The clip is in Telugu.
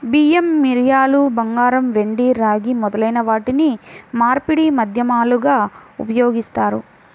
బియ్యం, మిరియాలు, బంగారం, వెండి, రాగి మొదలైన వాటిని మార్పిడి మాధ్యమాలుగా ఉపయోగిస్తారు